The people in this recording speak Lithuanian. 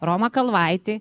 romą kalvaitį